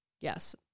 Yes